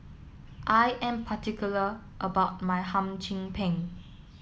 I am particular about my Hum Chim Peng